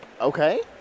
Okay